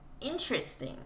Interesting